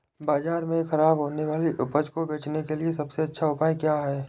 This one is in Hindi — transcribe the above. बाज़ार में खराब होने वाली उपज को बेचने के लिए सबसे अच्छा उपाय क्या हैं?